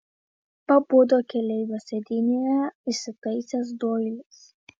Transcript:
pabudo keleivio sėdynėje įsitaisęs doilis